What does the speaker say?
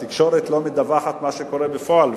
התקשורת לא מדווחת מה שקורה בפועל,